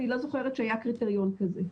אני לא זוכרת שהיה קריטריון כזה.